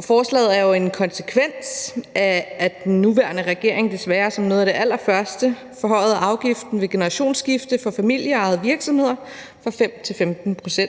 Forslaget er jo en konsekvens af, at den nuværende regering desværre som noget af det allerførste forhøjede afgiften ved generationsskifte for familieejede virksomheder fra 5 til 15 pct.